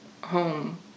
home